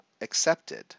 accepted